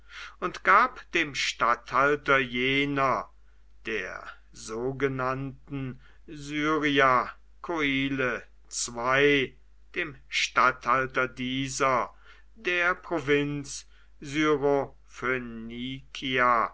und gab dem statthalter jener der sogenannten syria koile zwei dem statthalter dieser der provinz